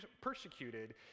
persecuted